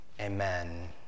Amen